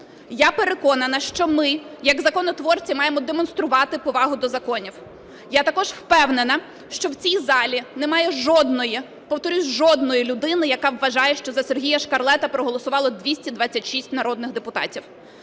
Я переконана, що ми як законотворці маємо демонструвати повагу до законів. Я також впевнена, що в цій залі немає жодної, повторюсь, жодної людини, яка вважає, що за Сергія Шкарлета проголосувало 226 народних депутатів.